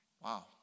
wow